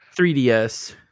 3DS